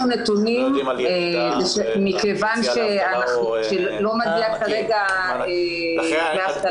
נתונים מכיוון שלא מגיע כרגע דמי אבטלה לעצמאיים.